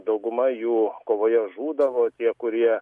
dauguma jų kovoje žūdavo tie kurie